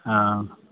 हँ